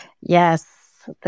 Yes